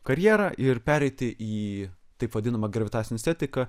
karjerą ir pereiti į taip vadinamą gravitacinę estetiką